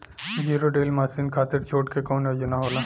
Zero till machine खाती छूट के कवन योजना होला?